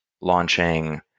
launching